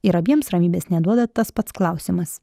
ir abiems ramybės neduoda tas pats klausimas